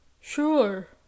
sure